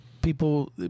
people